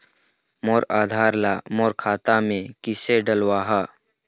मोर आधार ला मोर खाता मे किसे डलवाहा?